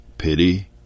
pity